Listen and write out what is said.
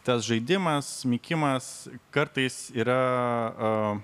tas žaidimas mykimas kartais yra